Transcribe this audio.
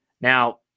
Now